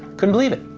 couldn't believe it!